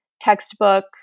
textbook